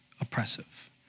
oppressive